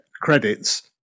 credits